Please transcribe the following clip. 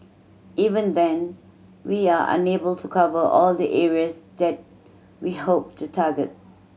even then we are unable to cover all the areas that we hope to target